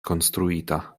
konstruita